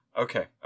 Okay